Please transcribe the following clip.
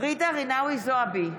ג'ידא רינאוי זועבי,